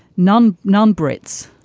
non non brits